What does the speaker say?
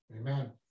amen